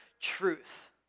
truth